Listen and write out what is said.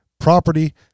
property